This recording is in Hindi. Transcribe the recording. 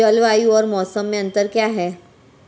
जलवायु और मौसम में अंतर क्या है?